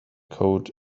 code